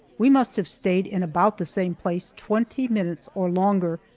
we must have stayed in about the same place twenty minutes or longer,